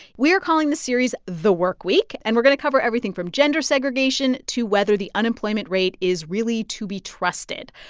we're calling the series the work week, and we're going to cover everything from gender segregation to whether the unemployment rate is really to be trusted.